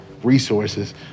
resources